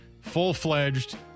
full-fledged